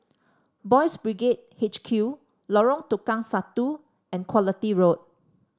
Boys' Brigade H Q Lorong Tukang Satu and Quality Road